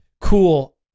cool